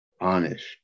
honest